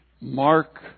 Mark